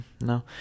No